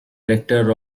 rector